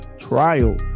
trial